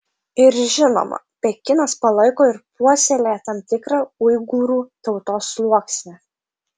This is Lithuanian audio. ir žinoma pekinas palaiko ir puoselėja tam tikrą uigūrų tautos sluoksnį